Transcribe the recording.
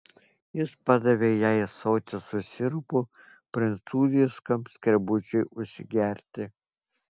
jis padavė jai ąsotį su sirupu prancūziškam skrebučiui užsigerti